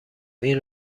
این